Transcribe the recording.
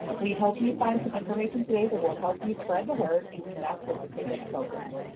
we hope you find some information today that will help you spread the word and connect with the ticket program.